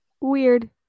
weird